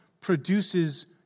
produces